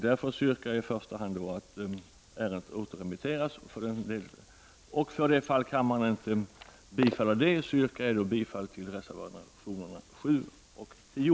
Därför yrkar jag i första hand att ärendet återremitteras. För den händelse kammaren inte bifaller det yrkandet, yrkar jag i andra hand bifall till reservationerna 7 och 10.